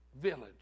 village